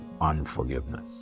unforgiveness